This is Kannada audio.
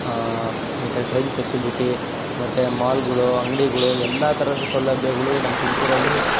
ಮತ್ತೆ ಟ್ರೈನ್ ಫೆಸಿಲಿಟಿ ಮತ್ತೆ ಮಾಲ್ಗಳು ಅಂಗಡಿಗಳು ಎಲ್ಲ ಥರದ ಸೌಲಭ್ಯಗಳು ನಮ್ಮ ತುಮಕೂರಲ್ಲಿ